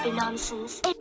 nonsense